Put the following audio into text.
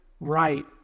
right